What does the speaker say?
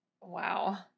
Wow